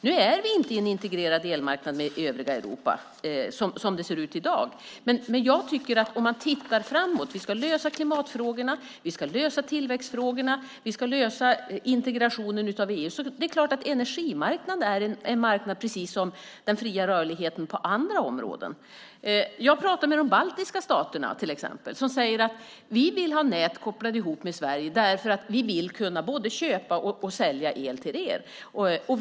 Nu är vi inte i en integrerad elmarknad med övriga Europa som det ser ut i dag, men om vi tittar framåt på de frågor vi ska lösa - klimat, tillväxt, integrationen av EU - är det klart att energimarknaden är en marknad, precis som den fria rörligheten på andra områden. Jag pratar till exempel med de baltiska staterna som säger att de vill ha nät kopplade ihop med Sverige därför att de vill kunna både köpa el och sälja el till oss.